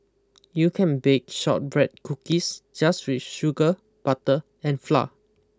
you can bake shortbread cookies just with sugar butter and flour